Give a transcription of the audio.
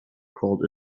crawled